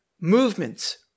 Movements